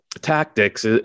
tactics